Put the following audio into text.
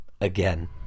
again